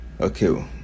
Okay